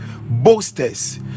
boasters